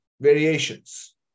variations